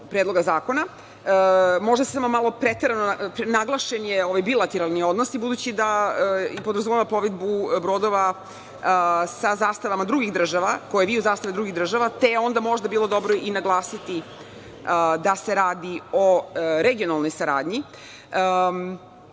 Predloga zakona. Prenaglašen je bilateralni odnosi budući da podrazumeva plovidbu brodova sa zastavama drugih država, koje viju zastave drugih država, te je onda možda bilo dobro i naglasiti da se radi o regionalnoj saradnji. Pitanje